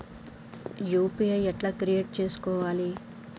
UPI ఎట్లా create చేసుకోవాలి?